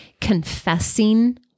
confessing